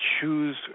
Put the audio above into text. choose